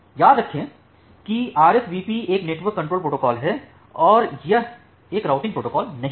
याद रखें कि RSVP एक नेटवर्क कंट्रोल प्रोटोकॉल है और यह एक राउटिंग प्रोटोकॉल नहीं है